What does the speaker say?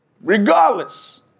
regardless